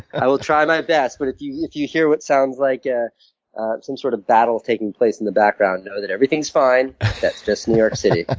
i will try my best, but if you if you hear what sounds like ah some sort of battle taking place in the background, know that everything's fine that's just new york city.